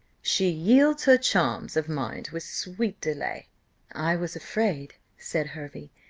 she yields her charms of mind with sweet delay i was afraid, said hervey,